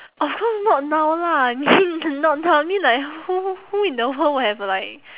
of course not now lah I mean not now I mean who who in the world will have like